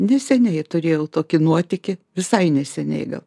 neseniai turėjau tokį nuotykį visai neseniai gal